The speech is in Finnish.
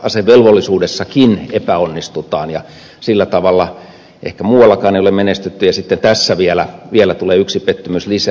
asevelvollisuudessakin epäonnistutaan sillä tavalla ehkä muuallakaan ei ole menestytty ja sitten tässä vielä tulee yksi pettymys lisää